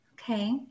Okay